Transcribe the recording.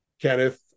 kenneth